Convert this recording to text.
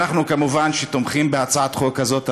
אנחנו כמובן תומכים בהצעת החוק הזאת,